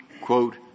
quote